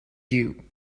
you